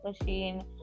Machine